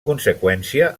conseqüència